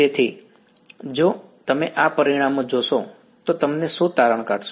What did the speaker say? તેથી જો તમે આ પરિણામો જોશો તો તમે શું તારણ કાઢશો